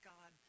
God